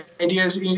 ideas